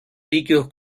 líquidos